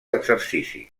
exercici